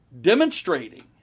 demonstrating